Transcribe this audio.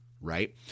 right